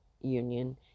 union